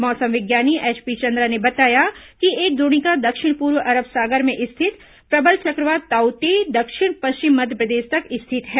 मौसम विज्ञानी एचपी चंद्रा ने बताया कि एक द्रोणिका दक्षिण पूर्व अरब सागर में स्थित प्रबल चक्रवात ताऊ ते दक्षिण पश्चिम मध्यप्रदेश तक स्थित है